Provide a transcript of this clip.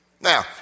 Now